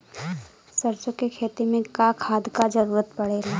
सरसो के खेती में का खाद क जरूरत पड़ेला?